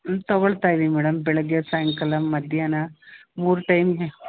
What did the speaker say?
ಹ್ಞೂ ತೊಗೋಳ್ತಾ ಇದ್ದೀವಿ ಮೇಡಮ್ ಬೆಳಗ್ಗೆ ಸಾಯಂಕಾಲ ಮಧ್ಯಾಹ್ನ ಮೂರು ಟೈಮ್ಗೆ